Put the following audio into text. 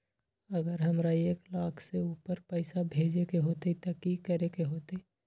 अगर हमरा एक लाख से ऊपर पैसा भेजे के होतई त की करेके होतय?